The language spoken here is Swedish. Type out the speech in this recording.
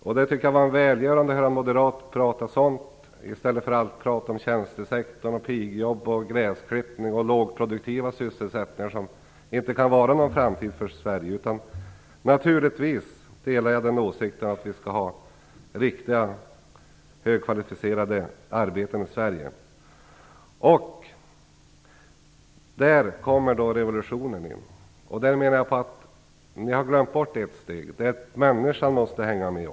Jag tycker att det var välgörande att höra en moderat prata om sådant i stället för om tjänstesektorn och pigjobb och gräsklippning och lågproduktiva sysselsättningar som inte kan vara någon framtid för Sverige. Jag delar naturligtvis åsikten att vi skall ha riktiga högkvalificerade arbeten i Sverige. Där kommer revolutionen in. Jag menar att ni har glömt bort ett steg. Det är att också människan måste hänga med.